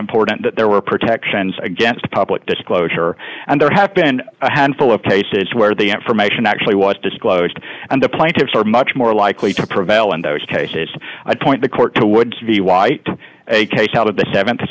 important that there were protections against public disclosure and there have been a handful of cases where the information actually was disclosed and the plaintiffs are much more likely to prevail in those cases i'd point the court to would be why a case out of the